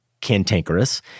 cantankerous